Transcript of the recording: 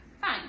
fine